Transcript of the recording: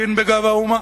"סכין בגב האומה",